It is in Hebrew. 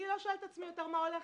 אני לא שואלת את עצמי יותר מה הולך,